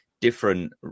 different